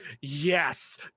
yes